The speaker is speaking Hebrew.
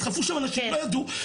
נדחפו שם אנשים, לא ידעו.